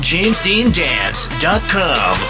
JamesDeanDance.com